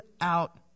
out